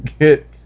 get